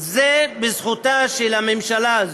זה בזכותה של הממשלה הזאת,